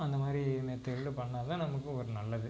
அந்த மாதிரி மெத்தேர்டில் பண்ணால் தான் நமக்கும் ஒரு நல்லது